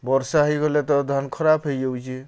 ବର୍ଷା ହେଇଗଲେ ତ ଧାନ୍ ଖରାପ୍ ହେଇଯାଉଛେ